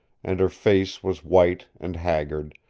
and her face was white and haggard,